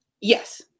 Yes